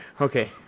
Okay